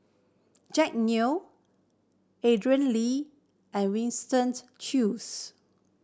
Jack Neo Andrew Lee and Winstoned Choos